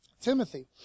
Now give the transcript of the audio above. Timothy